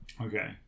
Okay